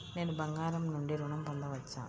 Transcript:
నేను బంగారం నుండి ఋణం పొందవచ్చా?